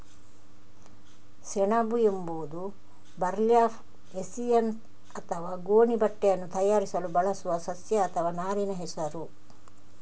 ಸೆಣಬು ಎಂಬುದು burlap, hessian ಅಥವಾ ಗೋಣಿ ಬಟ್ಟೆಯನ್ನು ತಯಾರಿಸಲು ಬಳಸುವ ಸಸ್ಯ ಅಥವಾ ನಾರಿನ ಹೆಸರು